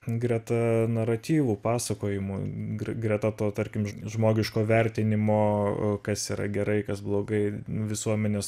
greta naratyvų pasakojimų gr greta to tarkim žmogiško vertinimo kas yra gerai kas blogai visuomenės